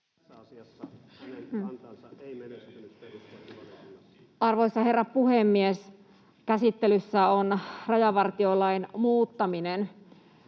Arvoisa herra puhemies! Käsittelyssä on rajavartiolain muuttaminen.